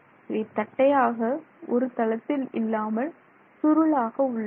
இவை தட்டையாக ஒரு தளத்தில் இல்லாமல் சுருளாக உள்ளன